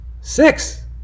six